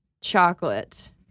chocolate